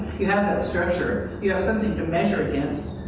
you have that structure. you have something to measure against,